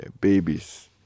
babies